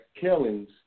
killings